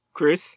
Chris